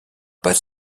pas